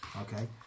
Okay